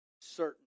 certain